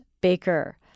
Baker